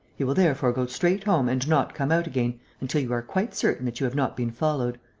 you will therefore go straight home and not come out again until you are quite certain that you have not been followed.